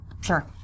Sure